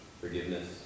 forgiveness